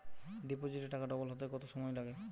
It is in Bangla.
ডিপোজিটে টাকা ডবল হতে কত সময় লাগে?